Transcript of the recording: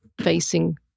facing